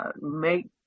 make